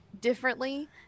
differently